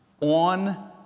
on